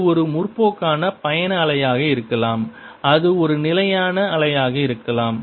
இது ஒரு முற்போக்கான பயண அலையாக இருக்கலாம் அது ஒரு நிலையான அலையாக இருக்கலாம்